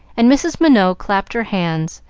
and mrs. minot clapped her hands,